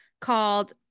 called